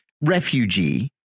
refugee